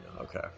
Okay